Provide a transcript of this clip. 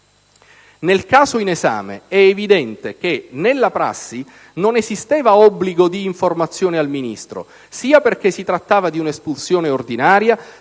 Nel caso in esame è evidente che nella prassi non esisteva obbligo di informazione al Ministro, sia perché si trattava di un'espulsione ordinaria,